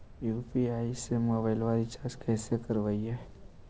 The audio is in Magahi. यु.पी.आई से मोबाईल रिचार्ज कैसे करबइ?